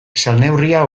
salneurria